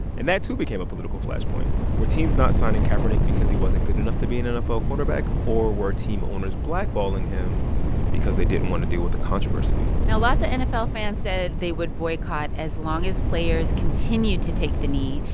and that's who became a political flashpoint. were teams not signing kaepernick because he wasn't good enough to be an nfl quarterback, or were team owners blackballing him because they didn't want to deal with the controversy? now, lots of nfl fans said they would boycott as long as players continued to take the knee,